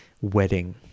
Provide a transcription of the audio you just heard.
wedding